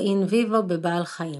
או אין ויוו - בבעל חיים.